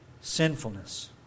sinfulness